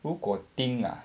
如果 think ah